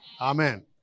Amen